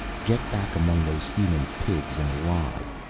get back among those human pigs and lie.